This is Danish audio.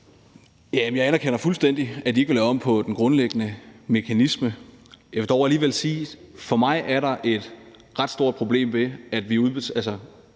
Jeg anerkender fuldstændig, at de ikke vil lave om på den grundlæggende mekanisme. Jeg vil dog alligevel sige, at for mig er der et ret stort problem ved, at man giver